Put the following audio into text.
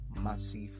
massive